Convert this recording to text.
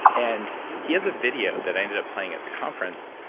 and he has a video that ended up playing at the conference.